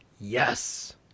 yes